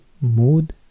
Mood